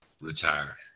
retire